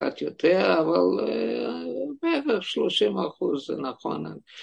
‫קצת יותר, אבל בערך 30 אחוז, ‫זה נכון.